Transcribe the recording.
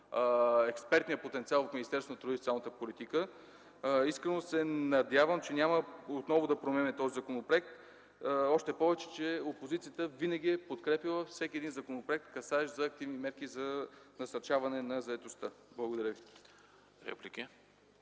експертния потенциал на Министерството на труда и социалната политика. Искрено се надявам, че няма отново да променят този законопроект, още повече че опозицията винаги е подкрепяла всеки един законопроект, касаещ активни мерки за насърчаване на заетостта. Благодаря.